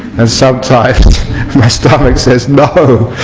and sometimes my stomach says no